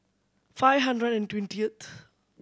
five hundred and twentieth